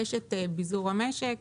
יש את ביזור המשק,